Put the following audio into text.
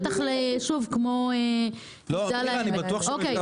בטח ליישוב כמו מגדל העמק.